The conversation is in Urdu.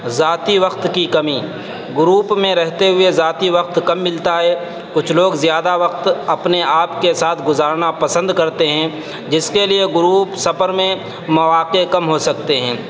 ذاتی وقت کی کمی گروپ میں رہتے ہوئے ذاتی وقت کم ملتا ہے کچھ لوگ زیادہ وقت اپنے آپ کے ساتھ گزارنا پسند کرتے ہیں جس کے لیے گروپ سفر میں مواقع کم ہو سکتے ہیں